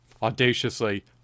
audaciously